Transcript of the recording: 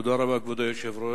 תודה רבה, כבוד היושב-ראש.